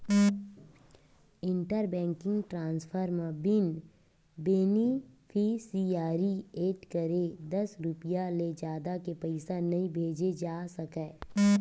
inter banking transfer म बिन beneficiary add करे दस रूपिया ले जादा के पइसा नइ भेजे जा सकय